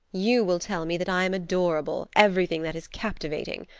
you will tell me that i am adorable everything that is captivating.